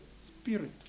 spirit